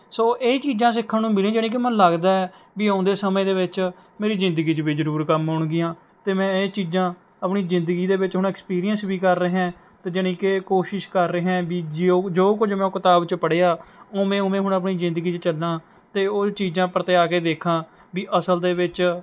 ਸੋ ਇਹ ਚੀਜ਼ਾਂ ਸਿੱਖਣ ਨੂੰ ਮਿਲੀਆਂ ਜਿਹੜੀਆਂ ਕਿ ਮੈਨੂੰ ਲੱਗਦਾ ਹੈ ਵੀ ਆਉਂਦੇ ਸਮੇਂ ਦੇ ਵਿੱਚ ਮੇਰੀ ਜ਼ਿੰਦਗੀ 'ਚ ਵੀ ਜ਼ਰੂਰ ਕੰਮ ਆਉਣਗੀਆਂ ਅਤੇ ਮੈਂ ਇਹ ਚੀਜ਼ਾਂ ਆਪਣੀ ਜ਼ਿੰਦਗੀ ਦੇ ਵਿੱਚ ਹੁਣ ਐਕਸਪੀਰੀਐਂਸ ਵੀ ਕਰ ਰਿਹਾ ਅਤੇ ਜਾਣੀ ਕਿ ਕੋਸ਼ਿਸ਼ ਕਰ ਰਿਹਾ ਵੀ ਜੋ ਕੁਝ ਮੈਂ ਉਹ ਕਿਤਾਬ 'ਚ ਪੜ੍ਹਿਆ ਉਂਵੇ ਉਂਵੇ ਹੁਣ ਆਪਣੀ ਜ਼ਿੰਦਗੀ 'ਚ ਚੱਲਾਂ ਅਤੇ ਉਹ ਚੀਜ਼ਾਂ ਪਰਤਿਆ ਕੇ ਦੇਖਾ ਵੀ ਅਸਲ ਦੇ ਵਿੱਚ